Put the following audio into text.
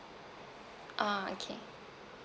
ah okay